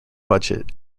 budget